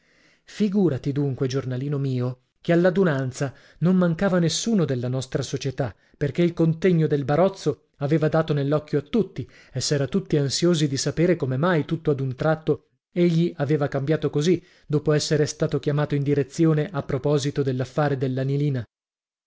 figurati dunque giornalino mio che all'adunanza non mancava nessuno della nostra società perché il contegno del barozzo aveva dato nell'occhio a tutti e s'era tutti ansiosi di sapere come mai tutto ad un tratto egli aveva cambiato così dopo essere stato chiamato in direzione a proposito dell'affare